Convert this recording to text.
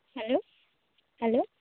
hello hello